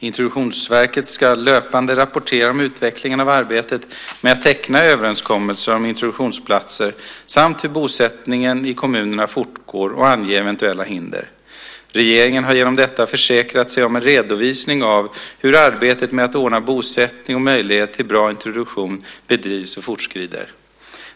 Integrationsverket ska löpande rapportera om utvecklingen av arbetet med att teckna överenskommelser om introduktionsplatser samt hur bosättningen i kommunerna fortgår och ange eventuella hinder. Regeringen har genom detta försäkrat sig om en redovisning av hur arbetet med att ordna bosättning och möjlighet till bra introduktion bedrivs och fortskrider.